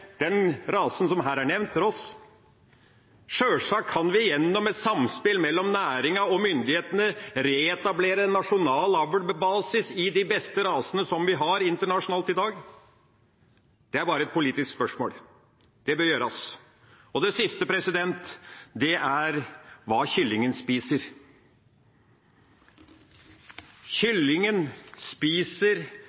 den rasen som her er nevnt, Ross. Sjølsagt kan vi gjennom et samspill mellom næringa og myndighetene reetablere en nasjonal avl med basis i de beste rasene vi har internasjonalt i dag. Det er bare et politisk spørsmål. Det bør gjøres. Det siste er hva kyllingen spiser.